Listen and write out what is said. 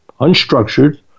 unstructured